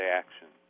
action